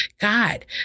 God